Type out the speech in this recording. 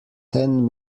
ten